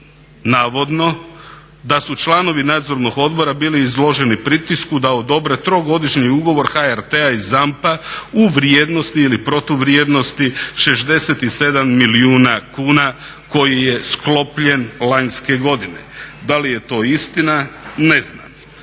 Navodno, da su članovi nadzornog odbora bili izloženi pritisku da odobre 3-godišnji ugovor HRT-a i ZAMP-a u vrijednosti ili protuvrijednosti 67 milijuna kuna koji je sklopljen lanjske godine. Da li je to istina, ne znam.